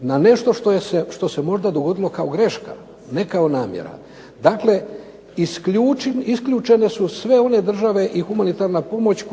na nešto što se možda dogodilo kao greška ne kao namjera. Dakle, isključene su sve one države i humanitarna pomoć